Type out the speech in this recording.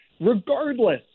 Regardless